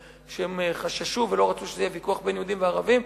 שהם חששו ולא רצו שזה יהיה ויכוח בין יהודים וערבים.